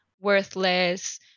worthless